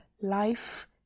life